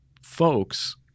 folks